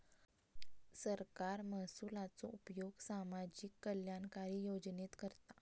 सरकार महसुलाचो उपयोग सामाजिक कल्याणकारी योजनेत करता